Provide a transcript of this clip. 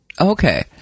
Okay